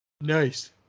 Nice